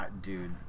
dude